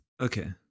Okay